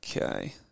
Okay